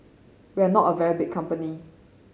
we are not a very big company